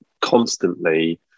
constantly